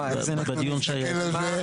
אני מסתכל על זה.